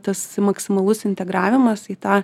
tas maksimalus integravimas į tą